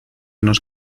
nos